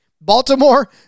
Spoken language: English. Baltimore